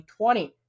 2020